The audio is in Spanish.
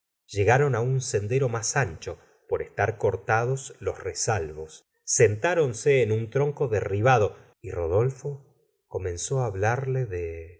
llegaron á un sendero mas ancho por estar cortados los resalvos sentáronse en un tronco derribado y rodolfo comenzó á hablarla de